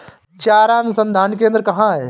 चारा अनुसंधान केंद्र कहाँ है?